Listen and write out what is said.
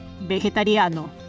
vegetariano